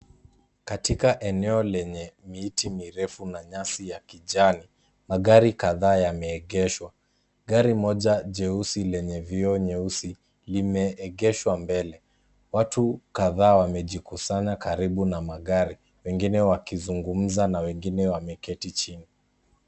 Katika eneo lenye miti mirefu na nyasi ya kijani, magari kadhaa yameegeshwa. Gari moja jeusi lenye vioo nyeusi lineegeshwa mbele. Watu kadhaa wamejikusanya karibu na magari wengine wakizungumza na wengine wameketi chini.